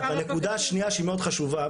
הנקודה השנייה שהיא מאוד חשובה,